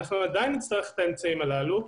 עדיין נצטרך את האמצעים הללו,